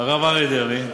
הרב אריה דרעי,